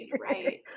right